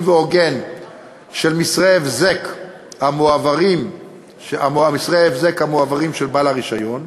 והוגן של מסרי הבזק המועברים של בעל הרישיון,